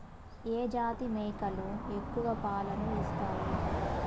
ఏ జాతి మేకలు ఎక్కువ పాలను ఇస్తాయి?